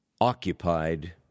occupied